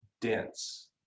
dense